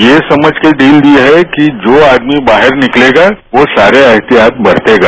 यह समझ कर ढील दी है कि जो आदमी बाहर निकलेगा वह सारे एहतियात बरतेगा